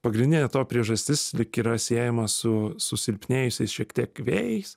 pagrindinė to priežastis yra siejama su susilpnėjusiais šiek tiek vėjais